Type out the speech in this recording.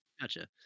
Gotcha